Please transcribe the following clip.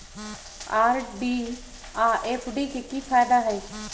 RD आ F D के कि फायदा हई?